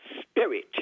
spirit